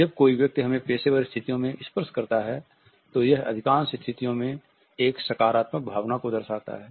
जब कोई व्यक्ति हमें पेशेवर स्थितियों में स्पर्श करता है तो यह अधिकांश स्थितियों में एक सकारात्मक भावना को दर्शाता है